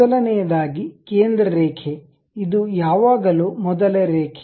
ಮೊದಲನೆಯದಾಗಿ ಕೇಂದ್ರ ರೇಖೆ ಇದು ಯಾವಾಗಲೂ ಮೊದಲ ರೇಖೆ